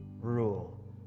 rule